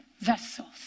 vessels